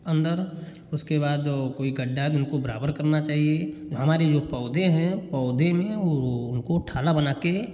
अंदर उसके बाद वो कोई गड्ढा जिनको बराबर करना चाहिए हमारे जो पौधे हैं पौधे में उनको थाला बनाके